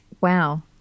Wow